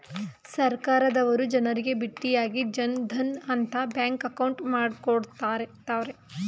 ಸರ್ಕಾರದವರು ಜನರಿಗೆ ಬಿಟ್ಟಿಯಾಗಿ ಜನ್ ಧನ್ ಅಂತ ಬ್ಯಾಂಕ್ ಅಕೌಂಟ್ ಮಾಡ್ಕೊಡ್ತ್ತವ್ರೆ